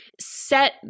set